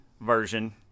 version